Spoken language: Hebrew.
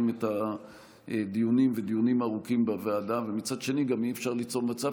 את הדיונים הארוכים בוועדה ומצד שני גם אי-אפשר ליצור מצב